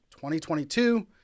2022